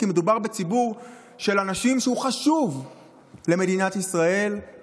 כי מדובר בציבור של אנשים שהוא חשוב למדינת ישראל,